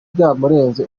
byamurenze